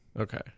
Okay